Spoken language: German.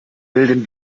milden